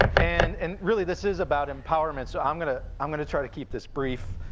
and and really, this is about empowerment, so i'm gonna i'm gonna try to keep this brief,